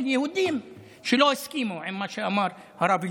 יהודים שלא הסכימו למה שאמר הרב אליהו,